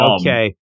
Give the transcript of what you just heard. okay